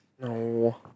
No